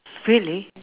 really